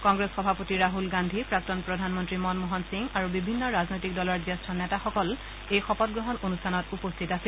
কংগ্ৰেছ সভাপতি ৰাছল গান্ধী প্ৰাক্তন প্ৰধানমন্ত্ৰী মনমোহন সিং আৰু বিভিন্ন ৰাজনৈতিক দলৰ জ্যেষ্ঠ নেতাসকল এই শপতগ্ৰহণ অনুষ্ঠানত উপস্থিত আছিল